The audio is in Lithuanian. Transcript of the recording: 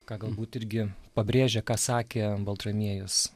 ką galbūt irgi pabrėžia kad sakė baltramiejus